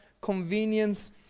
convenience